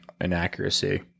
inaccuracy